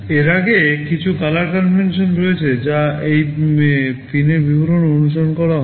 এর আগে কিছু কালার কনভেনশান রয়েছে যা সেই পিনের বিবরণে অনুসরণ করা হয়